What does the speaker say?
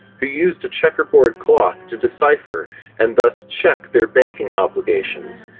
who used a checkerboard cloth to decipher and thus check their banking obligations,